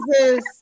Jesus